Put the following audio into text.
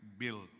bill